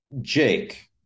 Jake